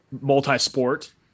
multi-sport